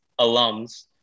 alums